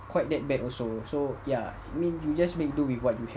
quite that bad also so ya I mean you just make do with what you